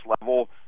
level